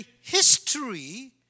history